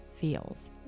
feels